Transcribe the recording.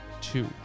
Two